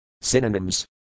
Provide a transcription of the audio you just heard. Synonyms